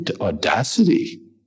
audacity